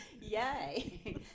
Yay